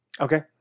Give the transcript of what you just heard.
Okay